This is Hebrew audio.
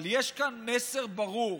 אבל יש כאן מסר ברור,